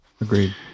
agreed